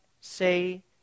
say